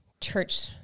church